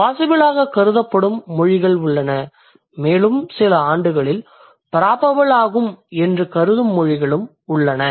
possible ஆகக் கருதப்படும் மொழிகள் உள்ளன மேலும் சில ஆண்டுகளில் ப்ராபபிள் ஆகும் என்று கருதும் மொழிகளும் உள்ளன